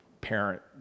parent